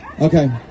Okay